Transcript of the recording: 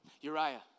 Uriah